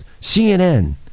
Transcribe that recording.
CNN